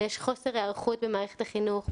ויש חוסר היערכות במערכת החינוך,